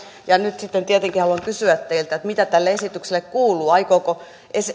ja nyt sitten tietenkin haluan kysyä teiltä mitä esitykselle kuuluu aikooko